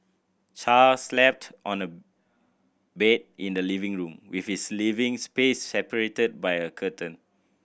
char slept on a bed in the living room with his living space separated by a curtain